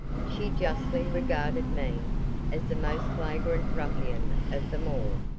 she justly regarded me as the most flagrant ruffian of them all.